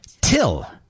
Till